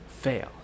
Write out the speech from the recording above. fail